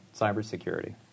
cybersecurity